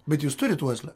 bet jūs turit uoslę